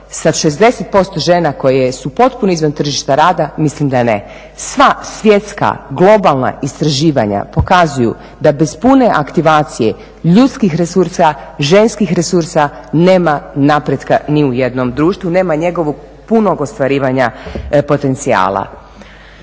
sa 60% žena koje su potpuno izvan tržišta rada, mislim da ne. Sva svjetska, globalna istraživanja pokazuju da bez pune aktivacije ljudskih resursa, ženskih resursa nema napretka ni u jednom društvu, nema njegovog punog ostvarivanja potencijala.